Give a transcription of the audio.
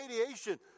radiation